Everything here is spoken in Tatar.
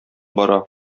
бара